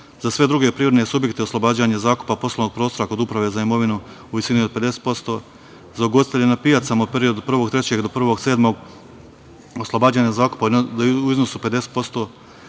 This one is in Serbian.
Za sve druge privredne subjekte oslobođenje zakupa poslovnog prostora kod Uprave za imovinu u visini od 50%. Za ugostitelje na pijacama u periodu od 1. marta do 1. jula oslobađanje zakupa u iznosu od